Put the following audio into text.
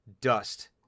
dust